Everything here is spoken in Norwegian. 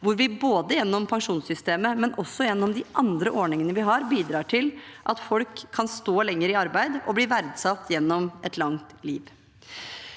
hvor vi både gjennom pensjonssystemet og også gjennom de andre ordningene vi har, bidrar til at folk kan stå lenger i arbeid og bli verdsatt gjennom et langt liv.